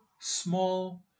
small